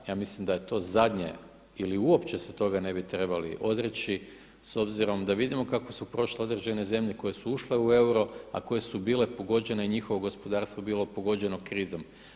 Ja mislim da je to zadnje ili uopće se toga ne bi trebali odreći s obzirom da vidimo kako su prošle određene zemlje koje su ušle u euro a koje su bile pogođene, njihovo gospodarstvo je bilo pogođeno krizom.